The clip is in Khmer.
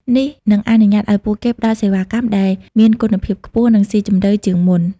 នេះនឹងអនុញ្ញាតឱ្យពួកគេផ្តល់សេវាកម្មដែលមានគុណភាពខ្ពស់ និងស៊ីជម្រៅជាងមុន។